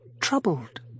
troubled